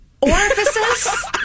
Orifices